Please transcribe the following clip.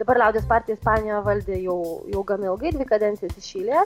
dabar liaudies partija ispaniją valdė jau jau gan ilgai dvi kadencijas iš eilės